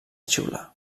xiular